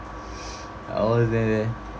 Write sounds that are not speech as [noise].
[breath] I was there